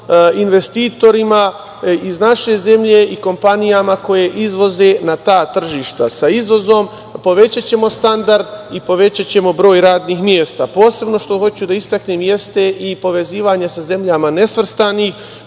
investitorima iz naše zemlje i kompanijama koje izvoze na ta tržišta. Sa izvozom povećaćemo standard i povećaćemo broj radnih mesta. Posebno što hoću da istaknem jeste i povezivanje sa zemljama nesvrstanih.